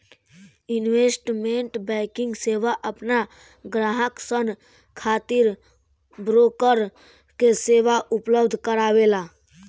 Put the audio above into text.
investment banking सेवा आपन ग्राहक सन खातिर ब्रोकर के सेवा उपलब्ध करावेला